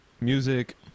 music